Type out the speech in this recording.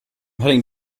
heading